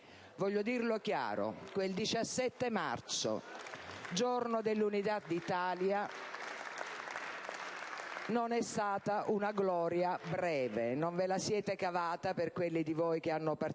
Voglio dirlo chiaramente: quel 17 marzo, giorno dell'Unità d'Italia, non è stata una gloria breve, non ve la siete cavata - per quelli di voi che hanno partecipato